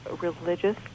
religious